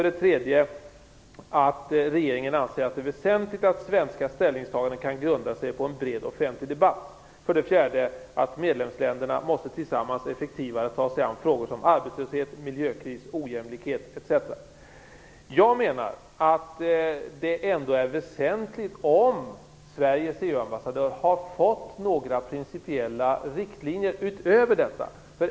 Den tredje är att regeringen anser det väsentligt att det svenska ställningstagandet kan grunda sig på en bred och offentlig debatt. Den fjärde är att medlemsländerna tillsammans effektivare måste ta sig an frågor som arbetslöshet, miljökris, ojämlikhet etc. Jag menar att det är väsentligt att veta om Sveriges EU-ambassadör har fått några principiella riktlinjer utöver detta.